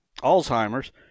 Alzheimer's